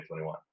2021